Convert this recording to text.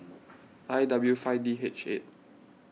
I W five D H eight